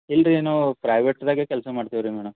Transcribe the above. ಇಲ್ಲರಿ ಏನೋ ಪ್ರೈವೇಟ್ದಾಗೆ ಕೆಲಸ ಮಾಡ್ತಿವಿ ರೀ ಮೇಡಮ್